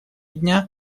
дня